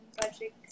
budget